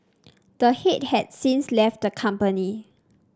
the head has since left the company